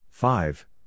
Five